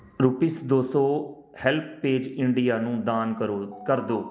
rupees ਦੋ ਸੌ HelpAge India ਨੂੰ ਦਾਨ ਕਰੋ ਕਰ ਦਿਓ